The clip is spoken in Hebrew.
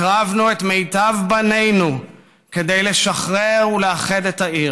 הקרבנו את מיטב בנינו כדי לשחרר ולאחד את העיר.